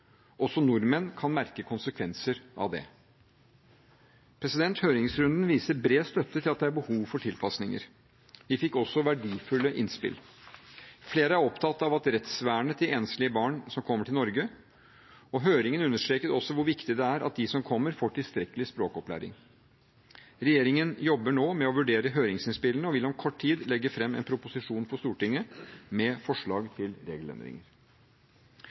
Også nordmenn kan merke konsekvenser av det. Høringsrunden viser bred støtte til at det er behov for tilpasninger. Vi fikk også verdifulle innspill. Flere er opptatt av rettsvernet til enslige barn som kommer til Norge. Høringen understreket også hvor viktig det er at de som kommer, får tilstrekkelig språkopplæring. Regjeringen jobber nå med å vurdere høringsinnspillene og vil om kort tid legge fram en proposisjon for Stortinget med forslag til regelendringer.